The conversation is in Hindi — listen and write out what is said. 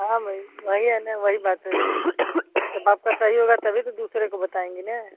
हाँ भाई वही है ना वही बात है जब आपका सही होगा तभी तो दूसरे को बताएँगी ना